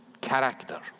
character